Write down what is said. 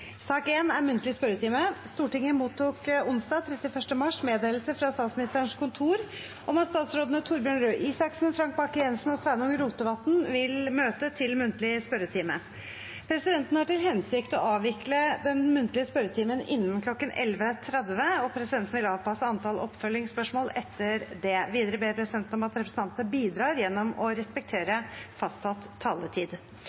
Stortinget mottok onsdag 31. mars meddelelse fra Statsministerens kontor om at statsrådene Torbjørn Røe Isaksen, Frank Bakke-Jensen og Sveinung Rotevatn vil møte til muntlig spørretime. De annonserte regjeringsmedlemmene er til stede, og vi er klare til å starte den muntlige spørretimen. Presidenten har til hensikt å avvikle den muntlige spørretimen innen kl. 11.30 og vil avpasse antall oppfølgingsspørsmål etter det. Videre ber presidenten om at representantene bidrar gjennom å